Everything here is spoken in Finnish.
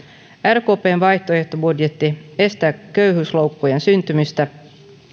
rkpn vaihtoehtobudjetti estää köyhyysloukkujen syntymistä